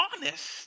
honest